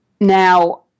Now